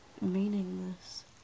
meaningless